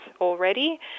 already